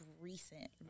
recent